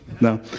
No